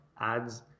ads